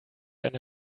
eine